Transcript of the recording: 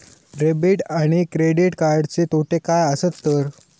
Debit आणि credit कार्डचे तोटे काय आसत तर?